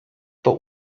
but